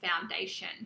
foundation